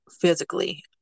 physically